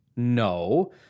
No